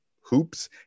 Hoops